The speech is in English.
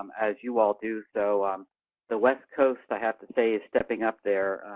um as you all do, so um the west coast, i have to say, is stepping up there